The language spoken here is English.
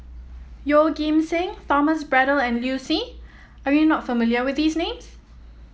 Yeoh Ghim Seng Thomas Braddell and Liu Si are you not familiar with these names